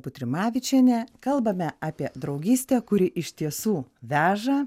butrimavičienė kalbame apie draugystę kuri iš tiesų veža